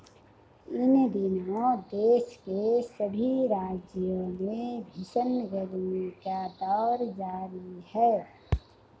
इन दिनों देश के सभी राज्यों में भीषण गर्मी का दौर जारी है